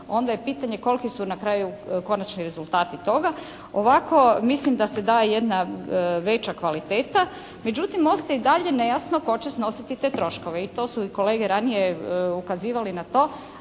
onda je pitanje koliki su na kraju konačni rezultati toga. Ovako mislim da se da jedna veća kvaliteta, međutim ostaje i dalje nejasno tko će snositi te troškove i to su i kolege ranije ukazivali na to.